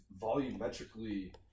volumetrically